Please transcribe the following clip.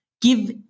give